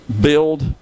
build